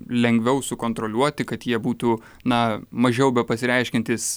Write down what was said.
lengviau sukontroliuoti kad jie būtų na mažiau bepasireiškiantys